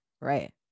right